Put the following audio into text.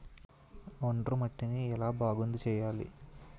ఒండ్రు మట్టిని ఎలా బాగుంది చేయాలి?